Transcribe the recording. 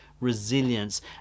resilience